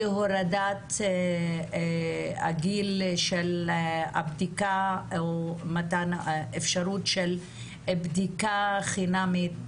היא הורדת הגיל של הבדיקה או מתן אפשרות של בדיקה חינמית,